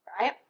right